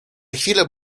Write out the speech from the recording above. chwile